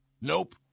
Nope